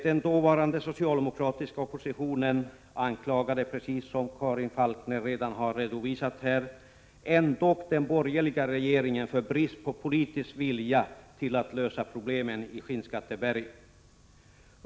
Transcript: Den dåvarande socialdemokratiska oppositionen anklagade ändå, precis som Karin Falkmer redan har redovisat här, den borgerliga regeringen för brist på politisk vilja när det gällde att lösa problemen i Skinnskatteberg.